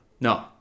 No